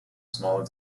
smaller